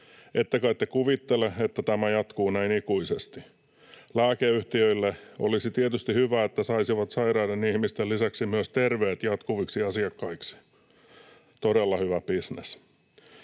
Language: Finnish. Ette kai te kuvittele, että tämä jatkuu näin ikuisesti? Lääkeyhtiöille olisi tietysti hyvä, että saisivat sairaiden ihmisten lisäksi myös terveet jatkuviksi asiakkaiksi. Todella hyvä bisnes.